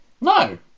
No